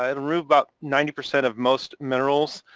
it'll remove about ninety percent of most minerals